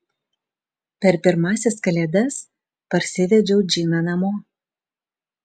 per pirmąsias kalėdas parsivedžiau džiną namo